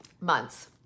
months